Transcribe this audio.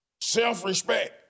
self-respect